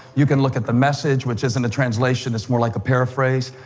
you can look at the message, which isn't a translation it's more like a paraphrase.